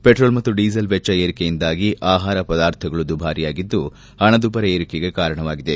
petrol ಮತ್ತು diesel ವೆಚ್ಚ ಏರಿಕೆಯಿಂದಾಗಿ ಆಹಾರ ಪದಾರ್ಥಗಳು ದುಬಾರಿಯಾದುದ್ದು ಪಣದುಬ್ಲರ ಏರಿಕೆಗೆ ಕಾರಣವಾಗಿದೆ